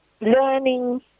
learning